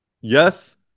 Yes